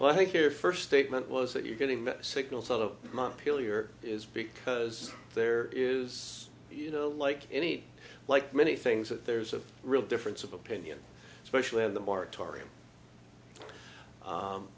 well i think your first statement was that you're getting signals out of month pillar is because there is you know like any like many things that there's a real difference of opinion especially in the